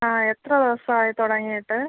ആ എത്ര ദിവസം ആയി തുടങ്ങിയിട്ട്